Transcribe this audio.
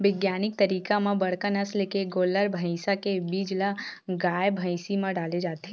बिग्यानिक तरीका म बड़का नसल के गोल्लर, भइसा के बीज ल गाय, भइसी म डाले जाथे